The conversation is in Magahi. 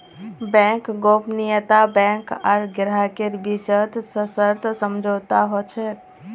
बैंक गोपनीयता बैंक आर ग्राहकेर बीचत सशर्त समझौता ह छेक